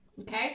okay